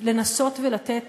לנסות ולתת